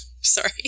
Sorry